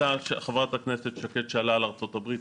חברת הכנסת שקד שאלה על ארצות הברית,